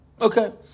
Okay